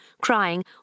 crying